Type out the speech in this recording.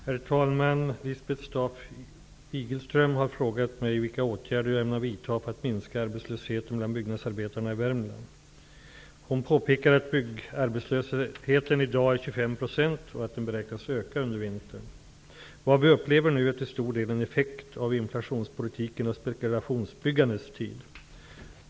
Herr talman! Lisbeth Staaf-Igelström har frågat mig vilka åtgärder jag ämnar vidta för att minska arbetslösheten bland byggnadsarbetarna i Värmland. Hon påpekar att byggarbetslösheten i dag är 25 % och att den beräknas öka under vintern. Vad vi upplever nu är till stor del en effekt av inflationspolitikens och spekulationsbyggandets tid.